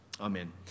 Amen